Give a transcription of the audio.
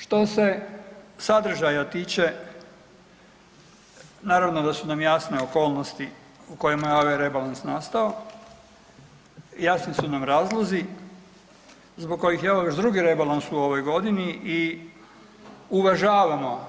Što se sadržaja tiče naravno da su nam jasne okolnosti u kojima je ovaj rebalans nastao, jasni su nam razlozi zbog kojih je ovo već drugi rebalans u ovoj godini i uvažavamo